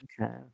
Okay